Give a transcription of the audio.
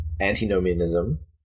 antinomianism